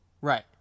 Right